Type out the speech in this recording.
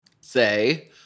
say